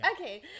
okay